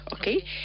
okay